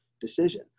decision